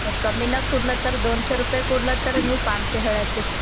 ಕಮ್ಮಿನೆ ಕೊಡ್ಲತ್ತರ ದೊನ್ಸೆ ರೂಪಾಯಿ ಕುಡ್ಲತ್ತರ ನೀವು ಪಾಂಚ್ಸೆ ಹೇಳತ್ತಿರಿ